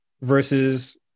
versus